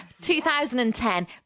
2010